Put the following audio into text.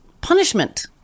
punishment